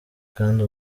kandi